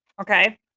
Okay